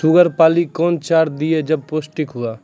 Sugar पाली कौन चार दिय जब पोस्टिक हुआ?